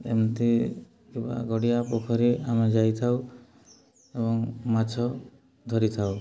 ଏମିତି କିମ୍ବା ଗଡ଼ିଆ ପୋଖରୀ ଆମେ ଯାଇଥାଉ ଏବଂ ମାଛ ଧରିଥାଉ